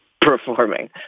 performing